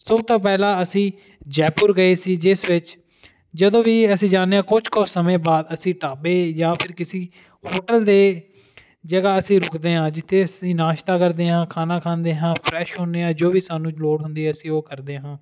ਸਭ ਤੋਂ ਪਹਿਲਾਂ ਅਸੀਂ ਜੈਪੁਰ ਗਏ ਸੀ ਜਿਸ ਵਿੱਚ ਜਦੋਂ ਵੀ ਅਸੀਂ ਜਾਂਦੇ ਆ ਕੁਝ ਕੁ ਸਮੇਂ ਬਾਅਦ ਅਸੀਂ ਢਾਬੇ ਜਾਂ ਫਿਰ ਕਿਸੇ ਹੋਟਲ ਦੇ ਜਗ੍ਹਾ ਅਸੀਂ ਰੁਕਦੇ ਹਾਂ ਜਿੱਥੇ ਅਸੀਂ ਨਾਸ਼ਤਾ ਕਰਦੇ ਹਾਂ ਖਾਣਾ ਖਾਂਦੇ ਹਾਂ ਫਰੈਸ਼ ਹੁੰਦੇ ਹਾਂ ਜੋ ਵੀ ਸਾਨੂੰ ਲੋੜ ਹੁੰਦੀ ਅਸੀਂ ਉਹ ਕਰਦੇ ਹਾਂ